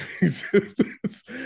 existence